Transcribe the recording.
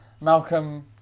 Malcolm